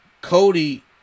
Cody